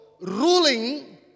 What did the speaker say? ruling